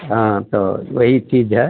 हाँ तो वही चीज है